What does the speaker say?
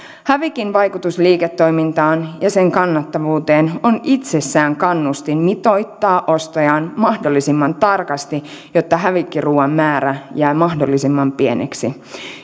hävikin vaikutus liiketoimintaan ja sen kannattavuuteen on itsessään kannustin mitoittaa ostojaan mahdollisimman tarkasti jotta hävikkiruuan määrä jää mahdollisimman pieneksi